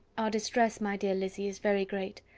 our distress, my dear lizzy, is very great.